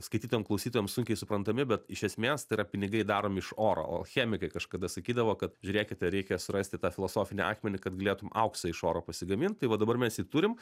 skaitytojam klausytojam sunkiai suprantami bet iš esmės tai yra pinigai daromi iš oro o chemikai kažkada sakydavo kad žiūrėkite reikia surasti tą filosofinį akmenį kad galėtum auksą iš oro pasigamint tai va dabar mes jį turim